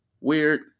Weird